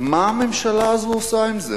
מה הממשלה הזאת עושה עם זה?